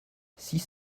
six